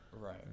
Right